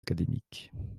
académiques